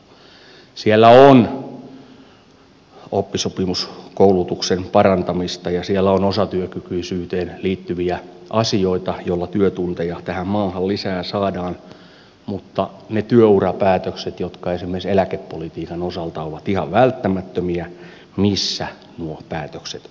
siellä on oppisopimuskoulutuksen parantamista ja siellä on osatyökykyisyyteen liittyviä asioita joilla työtunteja tähän maahan lisää saadaan mutta ne työurapäätökset jotka esimerkiksi eläkepolitiikan osalta ovat ihan välttämättömiä missä nuo päätökset ovat